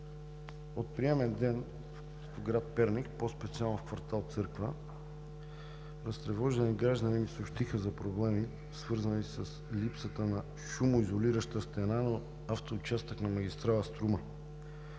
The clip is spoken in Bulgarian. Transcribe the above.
В приемен ден в град Перник, по-специално в квартал „Църква“, разтревожени граждани ми съобщиха за проблеми, свързани с липсата на шумоизолираща стена в автоучастък на магистрала „Струма“,